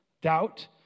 doubt